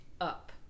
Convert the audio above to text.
up